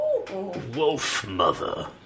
Wolfmother